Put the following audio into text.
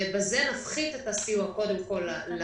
ובזה נפחית את הסיוע לנגב